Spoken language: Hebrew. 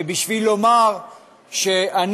ובשביל לומר שאני,